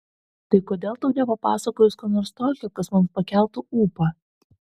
tai kodėl tau nepapasakojus ko nors tokio kas man pakeltų ūpą